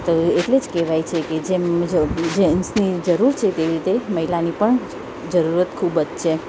તો એટલે જ કહેવાય છે કે જેમ જો જેન્સની જરૂર છે તેવી રીતે મહિલાની પણ જરૂરત ખૂબ જ છે